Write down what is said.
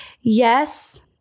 yes